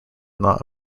not